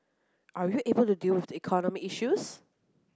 are you able to deal with the economic issues